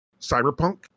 Cyberpunk